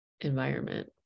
environment